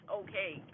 okay